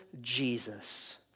Jesus